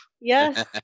Yes